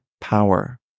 power